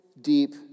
deep